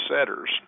setters